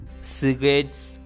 cigarettes